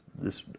this